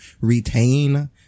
retain